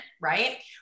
right